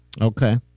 Okay